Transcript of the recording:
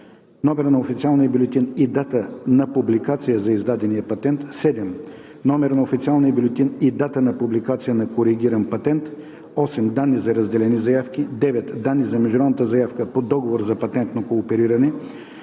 номер на официалния бюлетин и дата на публикация за издадения патент; 7. номер на официалния бюлетин и дата на публикация на коригиран патент; 8. данни за разделени заявки; 9. данни за международната заявка по Договор за патентно коопериране,